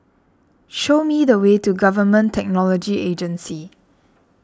show me the way to Government Technology Agency